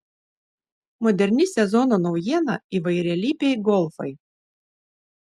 moderni sezono naujiena įvairialypiai golfai